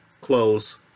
close